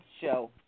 show